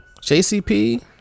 JCP